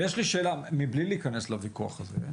יש לי שאלה מבלי להיכנס לוויכוח הזה.